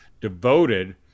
devoted